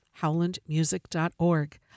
howlandmusic.org